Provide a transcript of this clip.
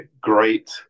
great